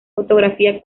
fotografía